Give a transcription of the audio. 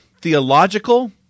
theological